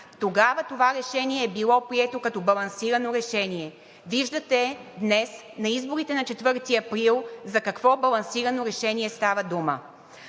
Тогава това решение е било прието като балансирано решение. Виждате днес на изборите на 4 април за какво балансирано решение става дума!